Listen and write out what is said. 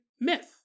myth